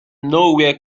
nowhere